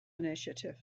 initiative